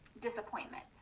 disappointment